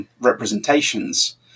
representations